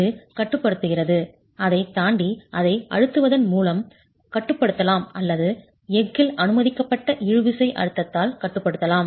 இது கட்டுப்படுத்துகிறது அதைத் தாண்டி அதை அழுத்துவதன் மூலம் கட்டுப்படுத்தலாம் அல்லது எஃகில் அனுமதிக்கப்பட்ட இழுவிசை அழுத்தத்தால் கட்டுப்படுத்தலாம்